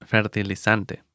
Fertilizante